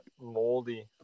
moldy